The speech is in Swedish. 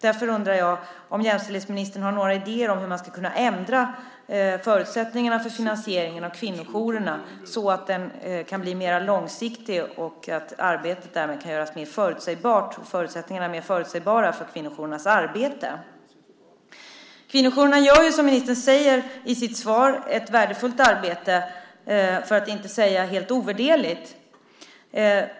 Därför undrar jag om jämställdhetsministern har några idéer om hur man ska kunna ändra förutsättningarna för finansieringen av kvinnojourerna så att den kan bli mer långsiktig och därmed göra arbetet och förutsättningarna för kvinnojourerna mer förutsägbara. Kvinnojourerna gör, som ministern säger i sitt svar, ett värdefullt, för att inte säga helt ovärderligt, arbete.